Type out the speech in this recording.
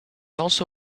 also